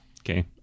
Okay